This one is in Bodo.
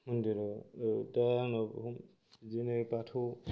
मन्दिराव दा आंनाव बिदिनो बाथौ